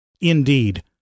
Indeed